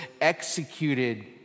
executed